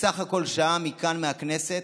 בסך הכול שעה מכאן, מהכנסת,